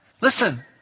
listen